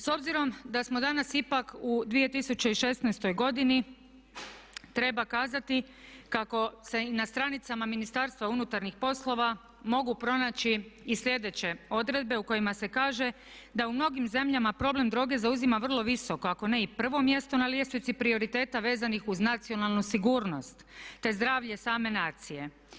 S obzirom da smo danas ipak u 2016. godini treba kazati kako se i na stranicama Ministarstva unutarnjih poslova mogu pronaći i sljedeće odredbe u kojima se kaže da u mnogim zemljama problem droge zauzima vrlo visoko ako ne i prvo mjesto na ljestvici prioriteta vezanih uz nacionalnu sigurnost te zdravlje same nacije.